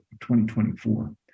2024